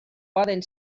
poden